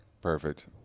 perfect